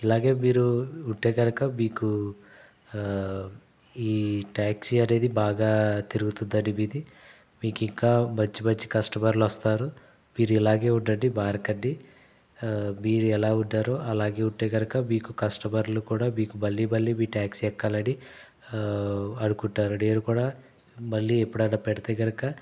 ఇలాగే మీరు ఉంటే కనుక మీకు ఈ ట్యాక్సీ అనేది బాగా తిరుగుతుందండీ మీది మీకింకా మంచి మంచి కస్టమర్లోస్తారు మీరు ఇలాగే ఉండండి మారకండి మీరు ఎలా ఉన్నారో అలాగే ఉంటే కనుక మీకు కస్టమర్లు కూడా మీకు మళ్ళీ మళ్ళీ మీ ట్యాక్సీ ఎక్కాలని అనుకుంటారు నేను కూడా మళ్ళీ ఎప్పుడైనా పడితే కనుక